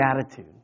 attitude